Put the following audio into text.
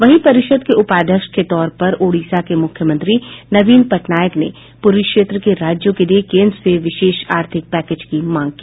वहीं परिषद के उपाध्यक्ष को तौर पर ओडिशा के मुख्यमंत्री नवीन पटनायक ने पूर्वी क्षेत्र के राज्यों के लिए केन्द्र से विशेष आर्थिक पैकेज की मांग की